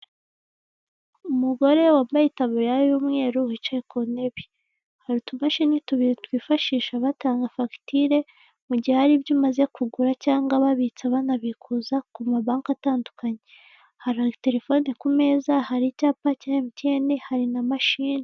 Umugore wambaye itaburiya y'umweru wicaye ku ntebe. Hari utumashini tubiri twifashisha batanga fagitire mu gihe hari ibyo umaze kugura cyangwa babitsa banabikuza ku mabanki atandukanye. Hari telefone ku meza, hari icyapa cya MTN, hari na mashine.